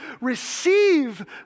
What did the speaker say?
receive